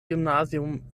gymnasium